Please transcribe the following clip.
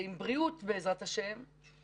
מדובר באחד הענפים שנפגעו הכי הרבה בקורונה,